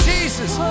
Jesus